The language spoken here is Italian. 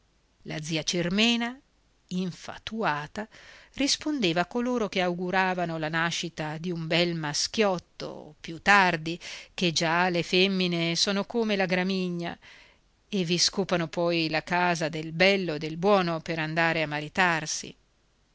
la zia cirmena infatuata rispondeva a coloro che auguravano la nascita di un bel maschiotto più tardi che già le femmine sono come la gramigna e vi scopano poi la casa del bello e del buono per andare a maritarsi